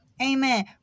Amen